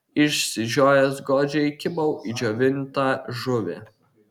išsižiojęs godžiai kibau į džiovintą žuvį